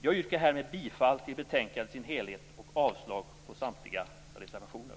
Jag yrkar härmed bifall till hemställan i betänkandet i dess helhet och avslag på samtliga reservationer.